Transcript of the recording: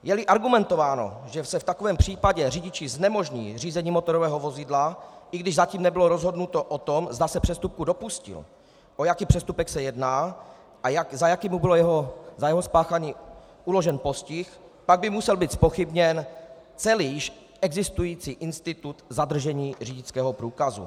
Jeli argumentováno, že se v takovém případě řidiči znemožní řízení motorového vozidla, i když zatím nebylo rozhodnuto o tom, zda se přestupku dopustil, o jaký přestupek se jedná a jaký mu byl za jeho spáchání uložen postih, pak by musel být zpochybněn celý již existující institut zadržení řidičského průkazu.